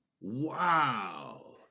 Wow